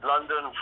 London